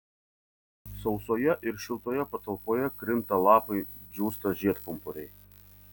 sausoje ir šiltoje patalpoje krinta lapai džiūsta žiedpumpuriai